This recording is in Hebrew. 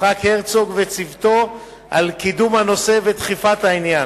יצחק הרצוג וצוותו על קידום הנושא ודחיפת העניין.